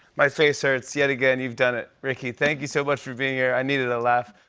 my face hurts yet again. you've done it. ricky, thanks so much for being here. i needed a laugh.